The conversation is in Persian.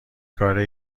کاره